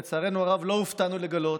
לצערנו הרב, לא הופתענו לגלות,